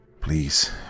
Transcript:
Please